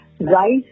rice